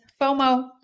FOMO